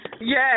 Yes